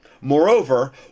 Moreover